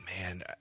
Man